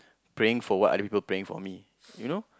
praying for what other people are praying for me you know